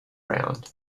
round